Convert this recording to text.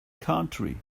country